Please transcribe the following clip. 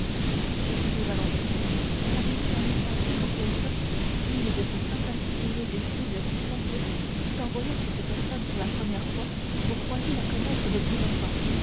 écoutez valentine avez-vous jamais senti pour quelqu'un une de ces sympathies irrésistibles qui font que tout en voyant cette personne pour la première fois vous croyez la connaître depuis longtemps